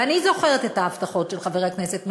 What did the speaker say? ואני זוכרת את ההבטחות של חבר הכנסת מרגי,